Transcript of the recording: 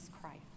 Christ